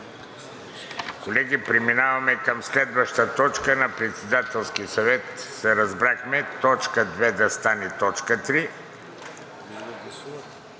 Колеги, преминаваме към следващата точка. На Председателския съвет се разбрахме точка две да стане точка